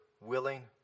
willing